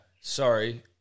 sorry